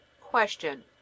question